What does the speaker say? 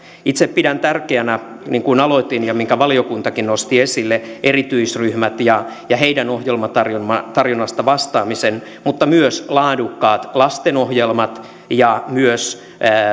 itse pidän tärkeänä niin kuin aloitin ja minkä valiokuntakin nosti esille erityisryhmät ja ja heidän ohjelmatarjonnasta vastaamisen mutta myös laadukkaat lastenohjelmat ja myös